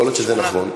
יכול להיות שזה נכון,